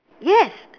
yes